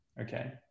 Okay